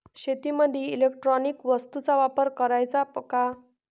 शेतीमंदी इलेक्ट्रॉनिक वस्तूचा वापर कराचा का?